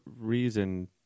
reason